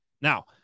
Now